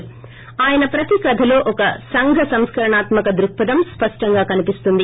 ేఆయన ప్రతీ కధలో ఒక సంఘ సంస్కరణాత్మక దృక్పథం స్పష్టంగా కనిపిస్తోంది